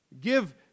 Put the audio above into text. give